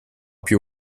più